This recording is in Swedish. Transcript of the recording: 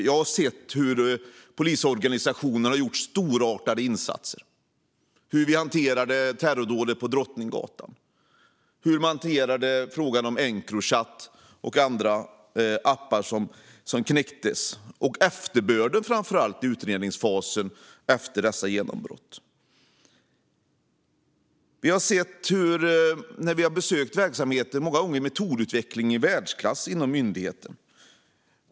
Jag har sett hur polisorganisationen har gjort storartade insatser när det gäller hanteringen av terrordådet på Drottninggatan, Encrochat och andra appar som knäckts och framför allt efterbörden i utredningsfasen efter dessa genombrott. När vi har besökt verksamheten har vi många gånger sett en metodutveckling i världsklass inom myndigheten.